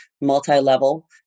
multi-level